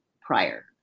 prior